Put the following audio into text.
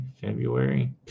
February